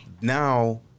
Now